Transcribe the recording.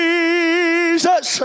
Jesus